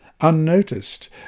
unnoticed